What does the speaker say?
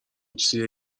چیزیه